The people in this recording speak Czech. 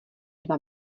dva